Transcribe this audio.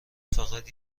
فقط